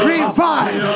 Revive